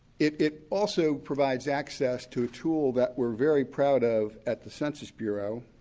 it it also provides access to a tool that we're very proud of at the census bureau